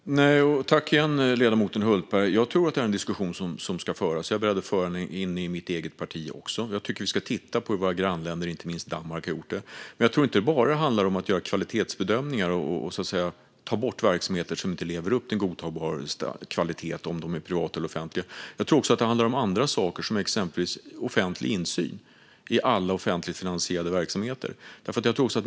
Riksrevisionens rapport om Inspek-tionen för vård och omsorg Fru talman! Tack igen, ledamoten Hultberg! Jag tycker att detta är en diskussion som ska föras. Jag är beredd att föra den i mitt eget parti också. Jag tycker att vi ska titta på hur våra grannländer har gjort, inte minst Danmark, men jag tror inte att det bara handlar om kvalitetsbedömningar och att ta bort verksamheter som inte lever upp till godtagbar kvalitet, antingen de är privata eller offentliga. Jag tror att det också handlar om andra saker, exempelvis offentlig insyn i alla offentligt finansierade verksamheter.